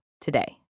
today